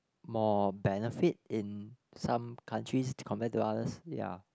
more benefit in some countries compared to others ya